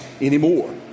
anymore